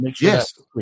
Yes